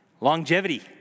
Longevity